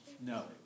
No